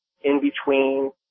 in-between